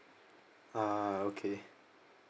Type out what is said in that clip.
ah okay